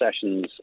Sessions